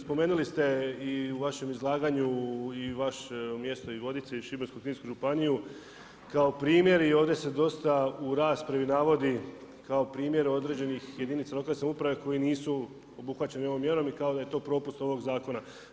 Spomenuli ste u vašem izlaganju vaše mjesto Vodice i Šibensko-kninsku županiju kao primjer i ovdje se dosta u raspravi navodi kao primjer određenih jedinica lokalne samouprave koje nisu obuhvaćene ovom mjerom i kao da je to propust ovog zakona.